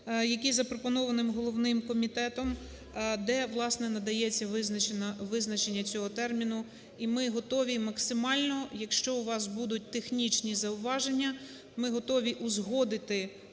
який запропонований головним комітетом, де, власне, надається визначення цього терміну. І ми готові максимально, якщо у вас будуть технічні зауваження, ми готові узгодити